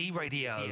radio